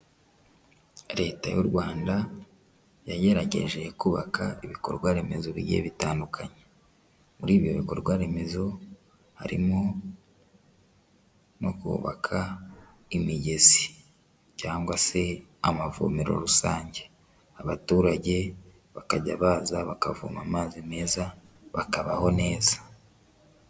Leta y'u Rwanda yagerageje kubaka ibikorwa remezo bigiye bitandukanye, muri ibi bikorwa remezo harimo no kubaka imigezi cyangwa se amavomero rusange, abaturage bakajya baza bakavoma amazi meza bakabaho neza.